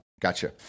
Gotcha